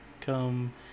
come